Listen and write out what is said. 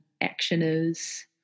actioners